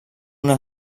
una